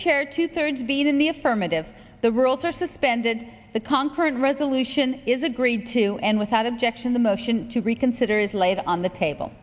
chair two thirds being in the affirmative the rules are suspended the conference resolution is agreed to and without objection the motion to reconsider is laid on the table